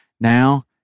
Now